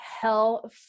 hell